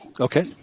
Okay